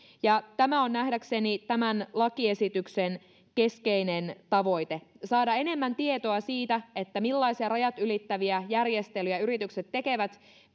tämä on nähdäkseni tämän lakiesityksen keskeinen tavoite saada enemmän tietoa siitä millaisia rajat ylittäviä järjestelyjä yritykset tekevät